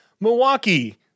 Milwaukee